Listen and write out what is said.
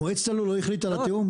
מועצת הלול לא החליטה על התיאום?